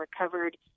recovered